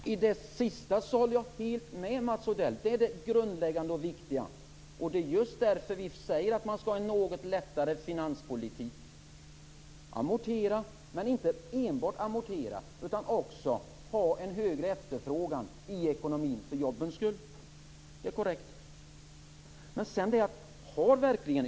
Fru talman! I det sista håller jag helt med Mats Odell. Det är det grundläggande och viktiga. Det är just därför vi säger att man skall ha en något lättare finanspolitik - amortera, men inte enbart amortera utan också ha en högre efterfrågan i ekonomin för jobbens skull. Det är korrekt.